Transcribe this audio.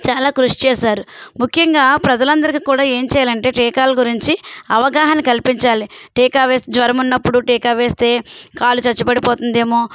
చాలా కృషి చేశారు ముఖ్యంగా ప్రజలందరికీ కూడా ఏం చేయాలంటే టీకాల గురించి అవగాహన కల్పించాలి టీకా వేసి జ్వరం ఉన్నప్పుడు టీకా వేస్తే కాలు చచ్చుపడిపోతుందేమో